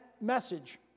message